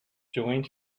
joint